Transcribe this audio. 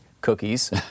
cookies